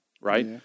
right